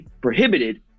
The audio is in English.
prohibited